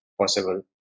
possible